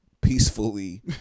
peacefully